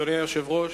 אדוני היושב-ראש,